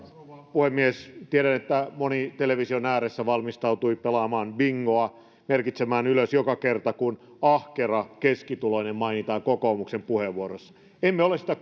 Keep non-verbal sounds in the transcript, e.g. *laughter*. puhemies tiedän että moni television ääressä valmistautui pelaamaan bingoa merkitsemään ylös joka kerta kun ahkera keskituloinen mainitaan kokoomuksen puheenvuoroissa emme ole sitä *unintelligible*